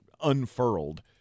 unfurled